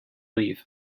leave